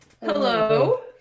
Hello